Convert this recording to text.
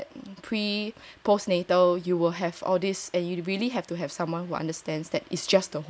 and it doesn't hurt me but during that pre post natal you will have all this and you really have to have someone who understands that is just the hormones